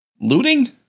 Looting